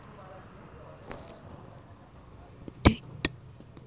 E commerce ನಲ್ಲಿ inventory ಆಧಾರಿತ ಮಾದರಿ ಮತ್ತ ಮಾರುಕಟ್ಟೆ ಆಧಾರಿತ ಮಾದರಿಯ ನಡುವಿನ ವ್ಯತ್ಯಾಸಗಳೇನ ರೇ?